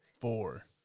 Four